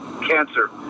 cancer